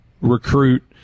recruit